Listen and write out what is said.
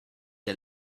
der